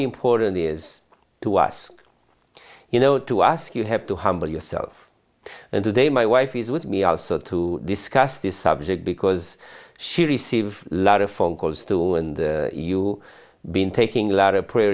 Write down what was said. important he is to us you know to ask you have to humble yourself and today my wife is with me also to discuss this subject because she receive a lot of phone calls through and you been taking a lot of prayer